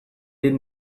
dit